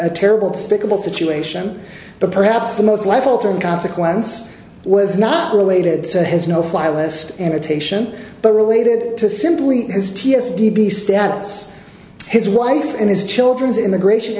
a terrible despicable situation but perhaps the most life altering consequence was not related to his no fly list annotation but related to simply his t s d b stats his wife and his children's immigration